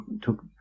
took